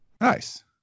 Nice